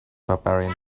barbarian